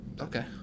Okay